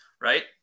right